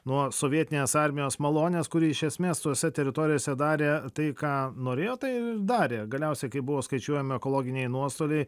nuo sovietinės armijos malonės kuri iš esmės tose teritorijose darė tai ką norėjo tai ir darė galiausiai kai buvo skaičiuojami ekologiniai nuostoliai